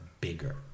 bigger